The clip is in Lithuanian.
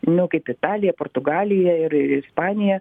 nu kaip italija portugalija ir ispanija